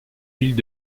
villes